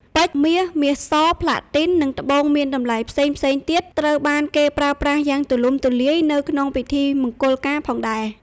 ពេជ្រ មាស មាសស ប្លាទីន និង ត្បូងមានតម្លៃផ្សេងៗទៀត ត្រូវបានគេប្រើប្រាស់យ៉ាងទូលំ ទូលាយនៅក្នុងពិធីមង្គលការផងដែរ។